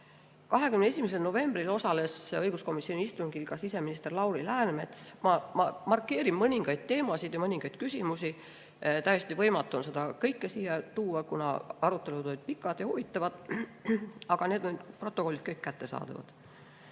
21. novembril osales õiguskomisjoni istungil ka siseminister Lauri Läänemets. Ma markeerin mõningaid teemasid ja mõningaid küsimusi. Täiesti võimatu on seda kõike siia tuua, kuna arutelud olid pikad ja huvitavad, aga need protokollid on kõik kättesaadavad.